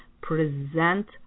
present